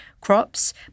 crops